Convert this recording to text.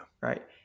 Right